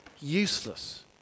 useless